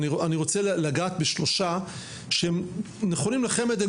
ואני רוצה לגעת בשלושה שהם נכונים לחמ"ד אבל